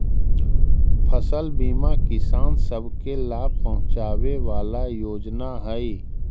फसल बीमा किसान सब के लाभ पहुंचाबे वाला योजना हई